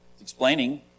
explaining